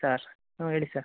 sir ಹ್ಞೂ ಹೇಳಿ sir